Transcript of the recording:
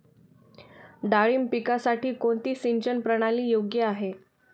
डाळिंब पिकासाठी कोणती सिंचन प्रणाली योग्य आहे?